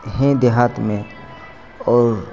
है देहात में और